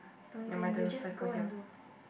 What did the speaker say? don't need don't need you just go and do